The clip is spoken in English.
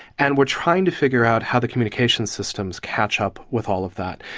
and we are trying to figure out how the communication systems catch up with all of that.